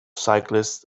cyclists